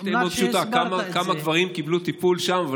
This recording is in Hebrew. השאילתה פשוטה: כמה גברים קיבלו טיפול שם?